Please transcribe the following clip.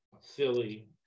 silly